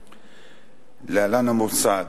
להלן: המוסד.